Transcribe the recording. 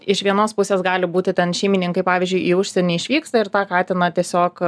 iš vienos pusės gali būti ten šeimininkai pavyzdžiui į užsienį išvyksta ir tą katiną tiesiog